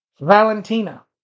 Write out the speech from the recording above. Valentina